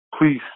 please